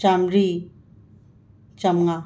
ꯆꯃ꯭ꯔꯤ ꯆꯝꯉꯥ